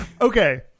Okay